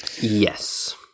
Yes